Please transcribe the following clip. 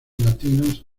latinos